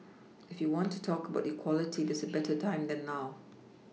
if you want to talk about equality there's no better time than now